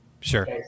Sure